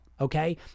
Okay